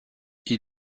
ils